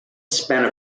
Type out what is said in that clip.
spent